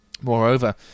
Moreover